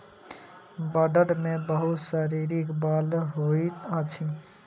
बड़द मे बहुत शारीरिक बल होइत अछि